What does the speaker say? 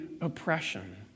oppression